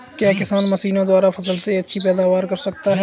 क्या किसान मशीनों द्वारा फसल में अच्छी पैदावार कर सकता है?